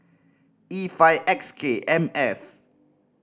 E five X K M F